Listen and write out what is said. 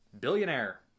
Billionaire